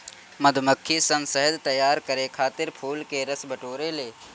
मधुमक्खी सन शहद तैयार करे खातिर फूल के रस बटोरे ले